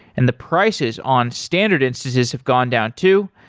and the prices on standard instances have gone down too.